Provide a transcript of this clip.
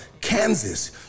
Kansas